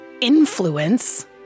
influence